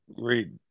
great